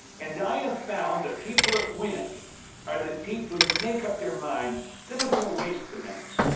and i have found that people that win are the people who make up their mind they're not going to waste the minutes.